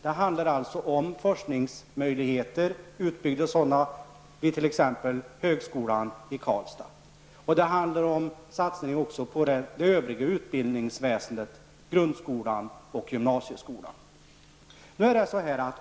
Det handlar om forskningsmöjligheter, utbyggda sådana, vid exempelvis högskolan i Karlstad. Det handlar också om satsningar på det övriga utbildningsväsendet: grundskolan och gymnasieskolan.